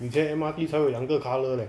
以前 M_R_T 才有两个 colour leh